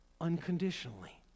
unconditionally